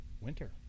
winter